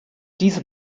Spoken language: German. diese